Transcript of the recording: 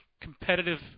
competitive